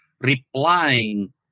replying